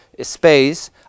space